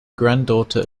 granddaughter